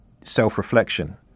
self-reflection